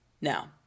Now